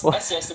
!wah!